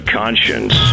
conscience